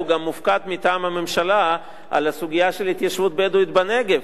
גם מופקד מטעם הממשלה על הסוגיה של ההתיישבות הבדואית בנגב,